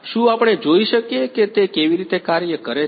શું આપણે જોઈ શકીએ કે તે કેવી રીતે કાર્ય કરે છે